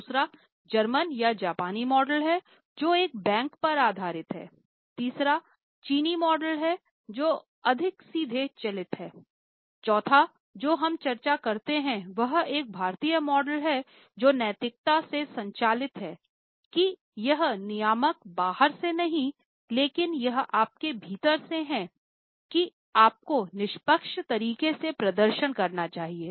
दूसरा जर्मन या जापानी मॉडल है जो एक बैंक पर आधारित है तीसरा चीनी मॉडल है जो अधिक सीधे चालित है चौथा जो हम चर्चा करते हैं वह एक भारतीय मॉडल है जो नैतिकता से संचालित है कि यह नियामक बाहर से नहीं है लेकिन यह आपके भीतर से है कि आपको निष्पक्ष तरीके से प्रदर्शन करना चाहिए